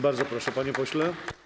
Bardzo proszę, panie pośle.